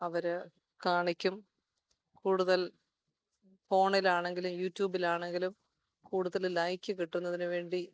അവർ കാണിക്കും കൂടുതൽ ഫോണിൽ ആണെങ്കിലും യുട്യൂബിൽ ആണെങ്കിലും കൂടുതൽ ലൈക് കിട്ടുന്നതിനു വേണ്ടി